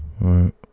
right